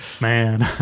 Man